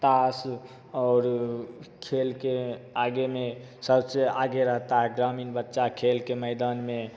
ताश और खेल के आगे में सबसे आगे रहता है ग्रामीण बच्चा खेल के मैदान में